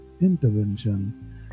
intervention